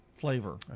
flavor